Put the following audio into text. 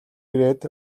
ирээд